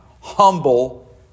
humble